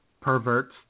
perverts